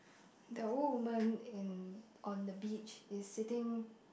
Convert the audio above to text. that old woman in on the beach is sitting